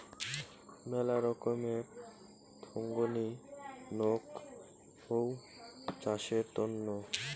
মেলা রকমের থোঙনি নক হউ চাষের তন্ন